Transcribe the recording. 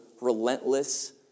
relentless